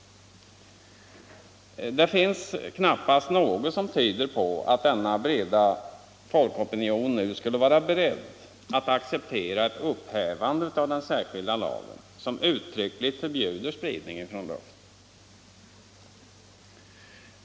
Det finns knappast något som tyder på att denna breda folkopinion nu skulle vara beredd att acceptera ett upphävande av den särskilda lagen, som uttryckligt förbjuder spridning från luften.